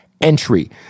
entry